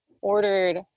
ordered